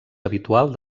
habitual